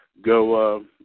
go